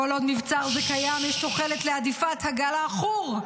כל עוד מבצר זה קיים יש תוחלת להדיפת הגל העכור.